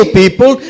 people